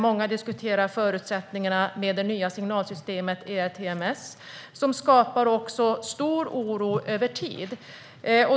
Många diskuterar förutsättningarna med det nya signalsystemet ERTMS som skapar stor oro också över tid.